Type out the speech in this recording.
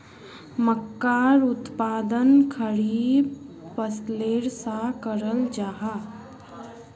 मक्कार उत्पादन खरीफ फसलेर सा कराल जाहा